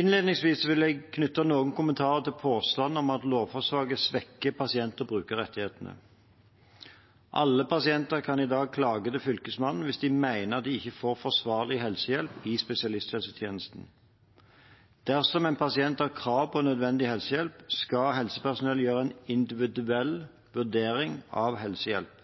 Innledningsvis vil jeg knytte noen kommentarer til påstandene om at lovforslaget svekker pasient- og brukerrettighetene. Alle pasienter kan i dag klage til Fylkesmannen hvis de mener at de ikke får forsvarlig helsehjelp i spesialisthelsetjenesten. Dersom en pasient har krav på nødvendig helsehjelp, skal helsepersonell gjøre en individuell vurdering av helsehjelp.